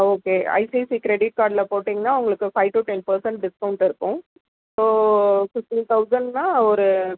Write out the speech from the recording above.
okay ICICI credit கார்ட்டில் போட்டிங்கன்னா உங்களுக்கு five to ten percent discount இருக்கும் ஸோ ஃபிஃப்டின் தௌசண்ட்ன்னா ஒரு